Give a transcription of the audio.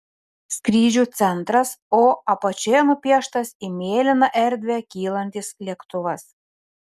skrydžių centras o apačioje nupieštas į mėlyną erdvę kylantis lėktuvas